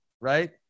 Right